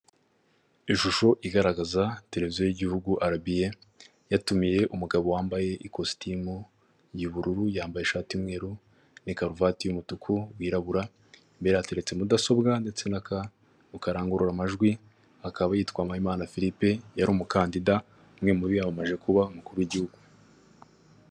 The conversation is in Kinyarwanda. Ishusho igaragaza televiziyo y'igihugu arabi eyi yatumiye umugabo wambaye ikositimu y'ubururu, yambaye ishati y'umweru n'ikaruvati y'umutuku wirabura, imbere hateretse mudasobwa ndetse n'akarangururamajwi akaba yitwa Mpayimana Philippe yari umukandida umwe mu biyamamarije kuba umukuru w'igihugu.